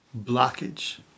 blockage